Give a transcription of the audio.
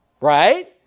Right